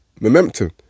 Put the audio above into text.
momentum